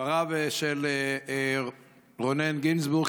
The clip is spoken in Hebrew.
ולדבריו של רונן גינזבורג,